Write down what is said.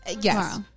Yes